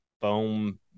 foam